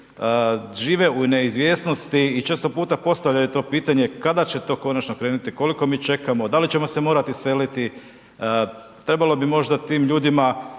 žive u neizvjesnosti i često puta postavljaju to pitanje kada će to konačno krenuti, koliko mi čekamo, da li ćemo se morati iseliti, trebalo bi možda tim ljudima